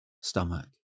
stomach